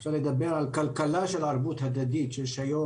אפשר לדבר על כלכלה של ערבות הדדית שיש היום,